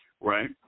right